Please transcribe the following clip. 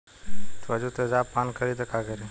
पशु तेजाब पान करी त का करी?